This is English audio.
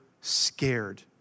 scared